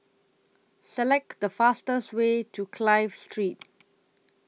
Select The fastest Way to Clive Street